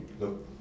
Look